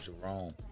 Jerome